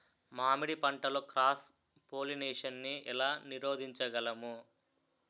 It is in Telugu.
మామిడి పంటలో క్రాస్ పోలినేషన్ నీ ఏల నీరోధించగలము?